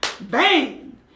bang